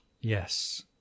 Yes